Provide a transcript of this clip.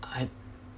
I